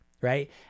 Right